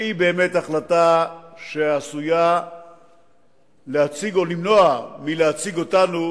שהיא באמת החלטה שעשויה להציג או למנוע מלהציג אותנו